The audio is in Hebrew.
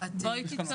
ינגו דלי,